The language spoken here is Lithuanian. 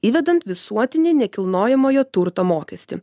įvedant visuotinį nekilnojamojo turto mokestį